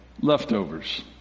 leftovers